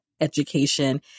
education